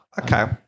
okay